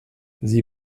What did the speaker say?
sie